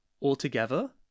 altogether